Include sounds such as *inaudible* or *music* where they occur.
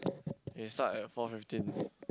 *noise* we start at four fifteen